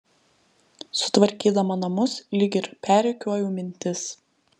sutvarkydama namus lyg ir perrikiuoju mintis